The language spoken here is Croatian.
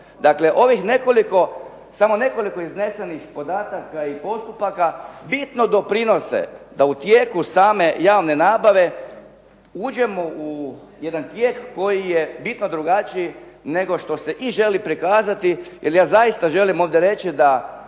Dakle, ovih samo nekoliko iznesenih podataka i postupaka bitno doprinose da u tijeku same javne nabave uđemo u jedan tijek koji je bitno drugačiji nego što se i želi prikazati jer ja zaista želim ovdje reći da